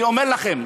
אני אומר לכם,